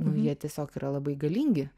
nu jie tiesiog yra labai galingi